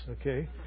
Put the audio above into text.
okay